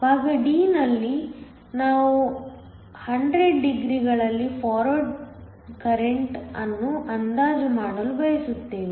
ಭಾಗ d ನಲ್ಲಿ ನಾವು 100 ಡಿಗ್ರಿಗಳಲ್ಲಿ ಫಾರ್ವರ್ಡ್ ಕರೆಂಟ್ ಅನ್ನು ಅಂದಾಜು ಮಾಡಲು ಬಯಸುತ್ತೇವೆ